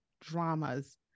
dramas